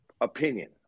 opinion